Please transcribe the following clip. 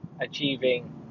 achieving